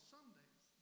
Sundays